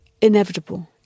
inevitable